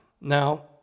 Now